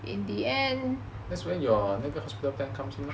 that's where your 那个 hospital plan comes in lor